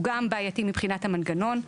הוא גם בעייתי מבחינת המנגנון,